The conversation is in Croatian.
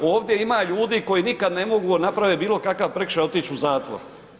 Ovdje ima ljudi koji nikad ne mogu napravit bilo kakav prekršaj i otić u zatvor.